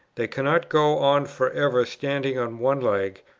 they cannot go on for ever standing on one leg,